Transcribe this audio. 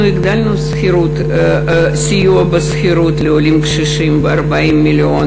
אנחנו הגדלנו את הסיוע בשכירות לעולים קשישים ב-40 מיליון,